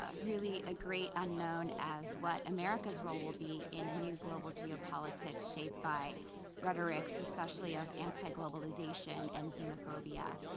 ah really a great unknown as what america's role will be in a new global geo-politic shaped by rhetorics, especially of anti-globalization and xenophobia.